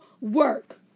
work